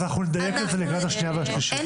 אז אנחנו נדייק את זה לקראת השנייה והשלישית.